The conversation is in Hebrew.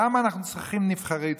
למה אנחנו צריכים נבחרי ציבור?